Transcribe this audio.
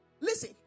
Listen